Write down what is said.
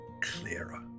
clearer